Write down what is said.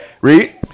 Read